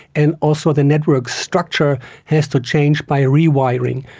and also the network structure has to change by rewiring.